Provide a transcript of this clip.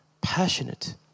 passionate